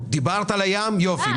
דיברת על הים, יופי.